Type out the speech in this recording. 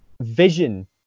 vision